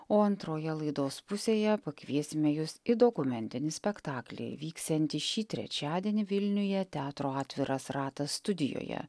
o antroje laidos pusėje pakviesime jus į dokumentinį spektaklį vyksiantį šį trečiadienį vilniuje teatro atviras ratas studijoje